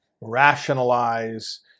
rationalize